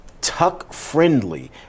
Tuck-friendly